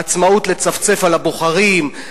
עצמאות לצפצף על הבוחרים?